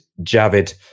Javid